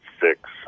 six